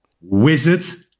Wizard